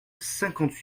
cinquante